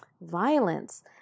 violence